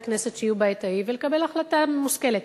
כנסת שיהיו בעת ההיא ולקבל החלטה מושכלת.